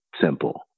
simple